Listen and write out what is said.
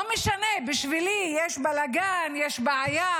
לא משנה לי, יש בלגן, יש בעיה